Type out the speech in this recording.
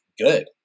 Good